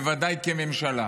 בוודאי כממשלה.